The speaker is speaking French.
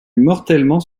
mortellement